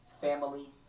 family